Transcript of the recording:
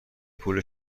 پول